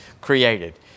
created